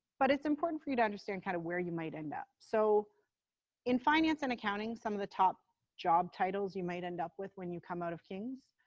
but it's important for you to understand kind of where you might end up. so in finance and accounting, some of the top job titles you might end up with when you come out of king's,